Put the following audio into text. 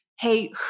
hey